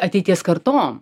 ateities kartom